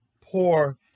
poor